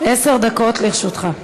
עשר דקות לרשותך.